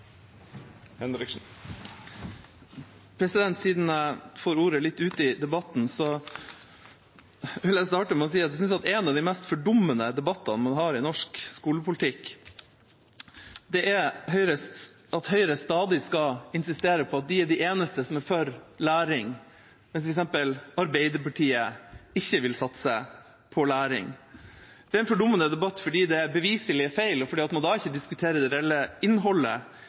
Siden jeg får ordet litt ute i debatten, vil jeg starte med å si at jeg synes en av de mest fordummende debattene man har i norsk skolepolitikk, er debatten der Høyre stadig skal insistere på at de er de eneste som er for læring, mens f.eks. Arbeiderpartiet ikke vil satse på læring. Det er en fordummende debatt fordi det er beviselig feil, og fordi man da ikke diskuterer det reelle innholdet